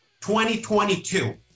2022